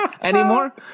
anymore